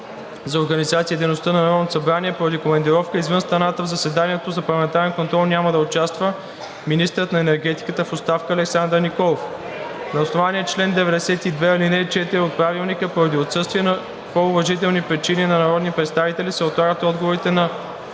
На основание чл. 92, ал. 3 от ПОДНС поради командировка извън страната в заседанието за парламентарен контрол няма да участва министърът на енергетиката в оставка Александър Николов. На основание чл. 92, ал. 4 от Правилника поради отсъствие по уважителни причини на народни представители се отлагат отговорите на: